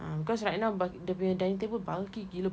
ah because right now dia punya dining table bulky gila